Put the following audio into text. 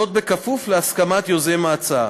בכפוף להסכמת יוזם ההצעה.